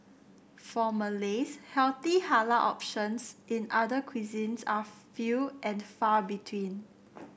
for Malays healthy halal options in other cuisines are few and far between